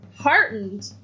heartened